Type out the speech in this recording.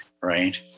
right